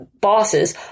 bosses